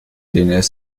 dns